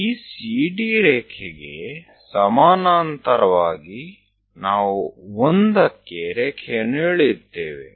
ಈ CD ರೇಖೆಗೆ ಸಮಾನಾಂತರವಾಗಿ ನಾವು 1 ಕ್ಕೆ ರೇಖೆಯನ್ನು ಎಳೆಯುತ್ತೇವೆ